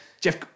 Jeff